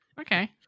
Okay